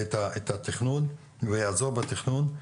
את התכנון ויעזור בתכנון,